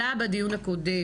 עלה בדיון הקודם,